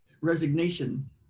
resignation